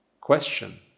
question